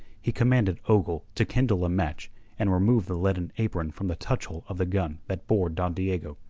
he commanded ogle to kindle a match and remove the leaden apron from the touch-hole of the gun that bore don diego.